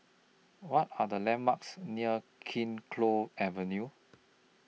What Are The landmarks near Kee Choe Avenue